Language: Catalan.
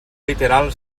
literal